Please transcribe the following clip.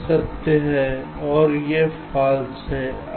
यह सत्य है और यह फॉल्स है